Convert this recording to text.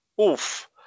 oof